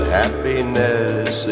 happiness